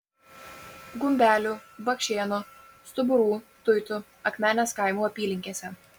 gumbelių bakšėnų stuburų tuitų akmenės kaimų apylinkėse